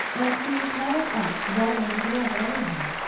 and seem piled up one over the other anyhow,